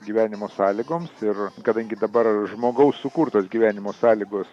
gyvenimo sąlygoms ir kadangi dabar žmogaus sukurtos gyvenimo sąlygos